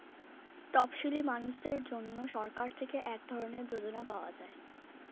তপসীলি মানুষদের জন্য সরকার থেকে এক ধরনের যোজনা পাওয়া যায়